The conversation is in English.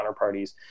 counterparties